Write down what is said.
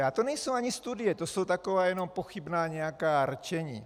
A to nejsou ani studie, to jsou taková jenom pochybná nějaká rčení.